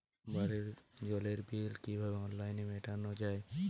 বাড়ির জলের বিল কিভাবে অনলাইনে মেটানো যায়?